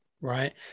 right